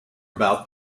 about